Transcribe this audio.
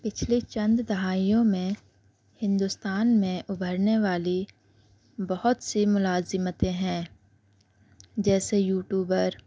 پچھلے چند دہائیوں میں ہندوستان میں ابھرنے والی بہت سی ملازمتیں ہیں جیسے یوٹیوبر